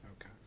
okay